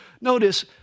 Notice